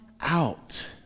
out